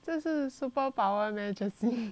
这是 superpower leh jessie